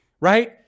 right